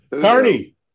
carney